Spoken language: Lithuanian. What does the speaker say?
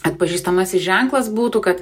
atpažįstamasis ženklas būtų kad